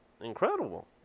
incredible